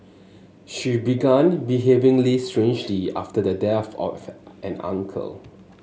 she began behaving strangely after the death of an uncle